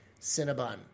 Cinnabon